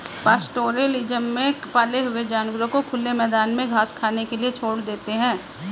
pastoralism में पाले हुए जानवरों को खुले मैदान में घास खाने के लिए छोड़ देते है